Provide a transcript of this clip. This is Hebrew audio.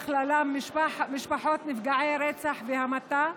ובכללם משפחות נפגעי רצח והמתה,